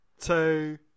two